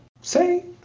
say